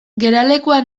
geralekua